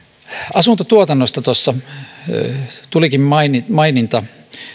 asuntotuotannosta tulikin maininta maininta